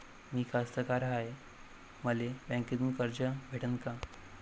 मी कास्तकार हाय, मले बँकेतून कर्ज भेटन का?